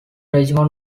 regiment